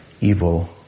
evil